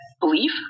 belief